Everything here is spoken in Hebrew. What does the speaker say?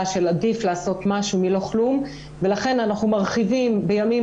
של עדיף לעשות משהו מלא כלום ולכן אנחנו מרחיבים בימים